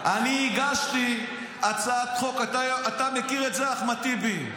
אני הגשתי הצעת חוק, אתה מכיר את זה, אחמד טיבי,